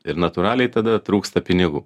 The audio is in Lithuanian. ir natūraliai tada trūksta pinigų